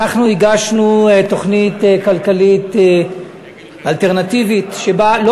כשאנחנו הגשנו תוכנית כלכלית אלטרנטיבית שבה לא